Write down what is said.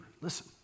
listen